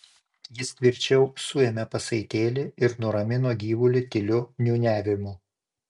jis tvirčiau suėmė pasaitėlį ir nuramino gyvulį tyliu niūniavimu